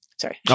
sorry